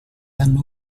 hanno